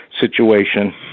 situation